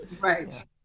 Right